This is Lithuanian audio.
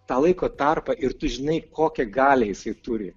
tą laiko tarpą ir tu žinai kokią galią jisai turi